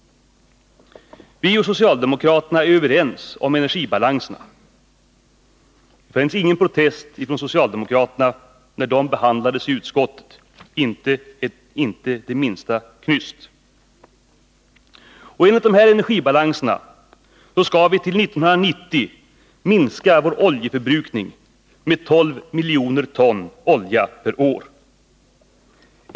Vi och socialdemokraterna är överens om energibalanserna. Det hördes ingen protest från socialdemokraterna när dessa behandlades i utskottet — inte det minsta knyst. Enligt dessa energibalanser skall vi till 1990 minska vår oljeförbrukning med 12 miljoner ton olja per år.